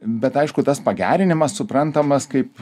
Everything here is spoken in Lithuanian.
bet aišku tas pagerinimas suprantamas kaip